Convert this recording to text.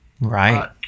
Right